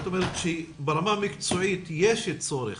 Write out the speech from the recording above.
ברמה המקצועית יש צורך